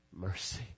mercy